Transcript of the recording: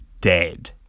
dead